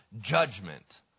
judgment